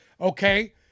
Okay